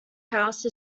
house